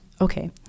Okay